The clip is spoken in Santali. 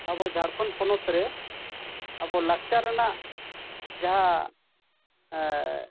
ᱟᱵᱚ ᱡᱷᱟᱲᱠᱷᱚᱸᱰ ᱯᱚᱱᱚᱛ ᱨᱮ ᱟᱵᱚ ᱞᱟᱠᱪᱟᱨ ᱨᱮᱱᱟᱜ ᱡᱟᱦᱟᱸ